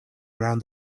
around